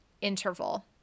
interval